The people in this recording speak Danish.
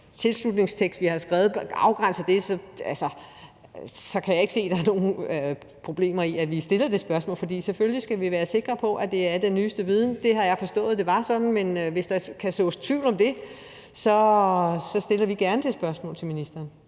vedtagelsestekst, vi har skrevet, afgrænser det, kan jeg ikke se, at der er nogen problemer i, at vi stiller det spørgsmål, for selvfølgelig skal vi være sikre på, at det er den nyeste viden. Det har jeg forstået det er, men hvis der kan sås tvivl om det, stiller vi gerne det spørgsmål til ministeren.